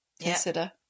consider